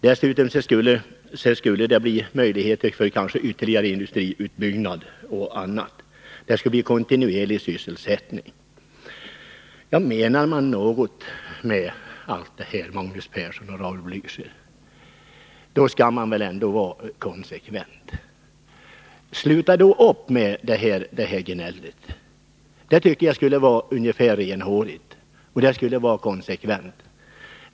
Dessutom skulle det bli möjlighet till ytterligare industriutbyggnad och annat. Det skulle ge kontinuerlig sysselsättning. Dessutom skapas arbetsmöjligheter för entreprenörer m.fl. Menar man någonting med sitt tal, Magnus Persson och Raul Blächer, skall man väl vara konsekvent. Sluta alltså upp med ert gnäll om att skapa arbetstillfällen! Det tycker jag skulle vara renhårigt och konsekvent.